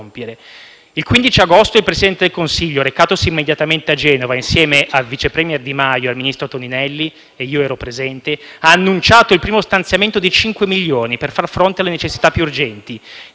Il 15 agosto il Presidente del Consiglio, recatosi immediatamente a Genova insieme al vice premier Di Maio e al ministro Toninelli (io ero presente) ha annunciato il primo stanziamento di cinque milioni di euro per far fronte alle necessità più urgenti,